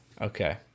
okay